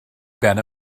ben